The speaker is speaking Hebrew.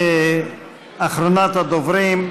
אחרונת הדוברים,